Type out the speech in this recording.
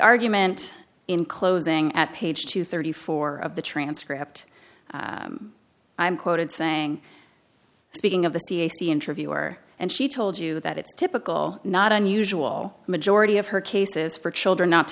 argument in closing at page two thirty four of the transcript i'm quoted saying speaking of the cac interviewer and she told you that it's typical not unusual majority of her cases for children not